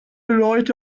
leute